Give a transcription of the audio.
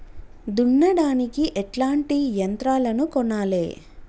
దున్నడానికి ఎట్లాంటి యంత్రాలను కొనాలే?